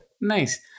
Nice